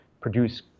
produce